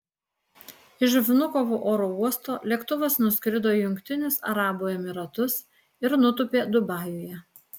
iš vnukovo oro uosto lėktuvas nuskrido į jungtinius arabų emyratus ir nutūpė dubajuje